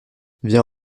viens